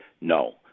no